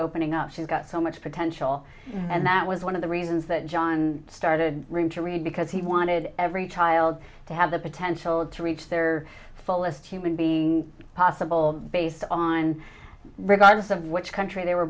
opening up she got so much potential and that was one of the reasons that john started to read because he wanted every child to have the potential to reach their full as a human being possible based on regardless of which country they were